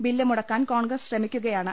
bill മുടക്കാൻ കോൺഗ്രസ് ശ്രമിക്കുകയാണ്